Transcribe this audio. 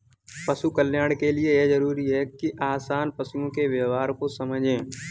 पशु कल्याण के लिए यह जरूरी है कि किसान पशुओं के व्यवहार को समझे